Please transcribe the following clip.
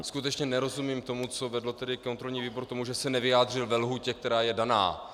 Skutečně nerozumím tomu, co vedlo kontrolní výbor k tomu, že se nevyjádřil ve lhůtě, která je daná.